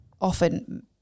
often